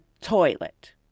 toilet